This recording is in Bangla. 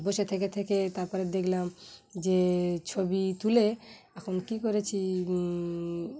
বসে থেকে থেকে তারপরে দেখলাম যে ছবি তুলে এখন কী করেছি